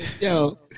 Yo